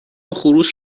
خروس